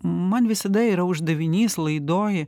man visada yra uždavinys laidoj